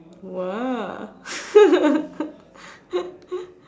!wah!